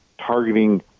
targeting